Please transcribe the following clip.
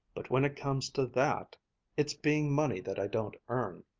but when it comes to that it's being money that i don't earn,